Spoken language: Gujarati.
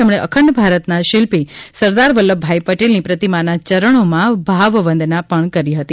તેમણે અખંડ ભારતના શિલ્પી સરદાર વલ્લભભાઈ પટેલની પ્રતિમાના ચરણોમાં ભાવવંદના પણ કરી હતી